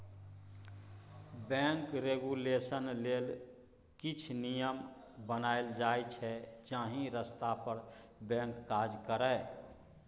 bank regulation लेल किछ नियम बनाएल जाइ छै जाहि रस्ता पर बैंक काज करय